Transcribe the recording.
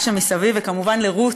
התומכים שמסביב, וכמובן לרות,